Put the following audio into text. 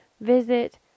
visit